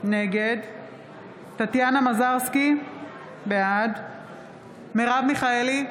נגד טטיאנה מזרסקי, בעד מרב מיכאלי,